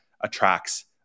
attracts